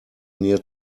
near